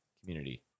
community